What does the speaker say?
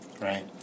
Right